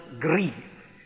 grieve